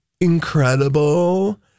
incredible